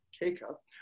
K-cup